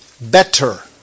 better